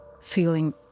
feeling